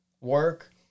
work